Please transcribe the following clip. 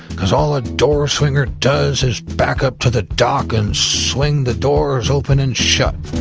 because all a door swinger does is back up to the dock and swing the doors open and shut,